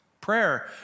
Prayer